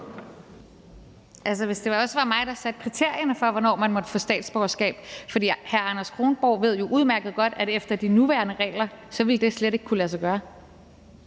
hvis det også var mig, der satte kriterierne for, hvornår man måtte få statsborgerskab. For hr. Anders Kronborg ved jo udmærket godt, at efter de nuværende regler ville det slet ikke kunne lade sig gøre.